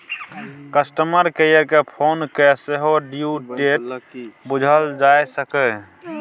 customer care केँ phone कए सेहो ड्यु डेट बुझल जा सकैए